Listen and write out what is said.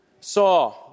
saw